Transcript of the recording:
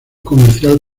comercial